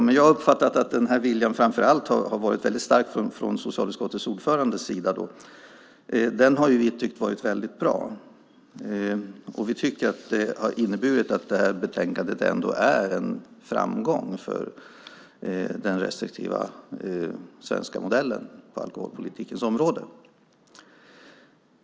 Men jag har uppfattat att viljan har varit stark från socialutskottets ordförandes sida. Den har vi tyckt har varit väldigt bra. Vi tycker att det har inneburit att det här betänkandet ändå är en framgång för den restriktiva svenska modellen på alkoholpolitikens område.